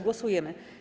Głosujemy.